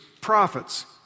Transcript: prophets